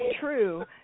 true